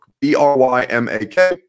B-R-Y-M-A-K